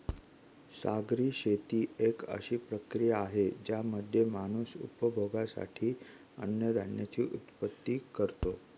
सागरी शेती एक अशी प्रक्रिया आहे ज्यामध्ये माणूस उपभोगासाठी अन्नधान्याची उत्पत्ति करतो